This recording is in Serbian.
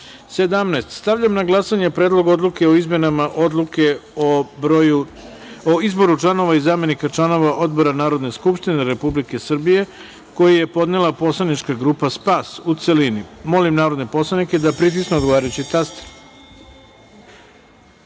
reda. Stavljam na glasanje Predlog odluke o izmenama Odluke o izboru članova i zamenika članova odbora Narodne skupštine Republike Srbije, koji je podnela poslanička grupa SPAS, u celini. Molim narodne poslanike da pritisnu odgovarajući